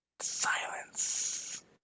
Silence